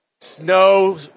snow